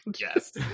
Yes